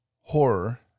horror